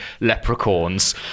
leprechauns